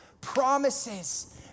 promises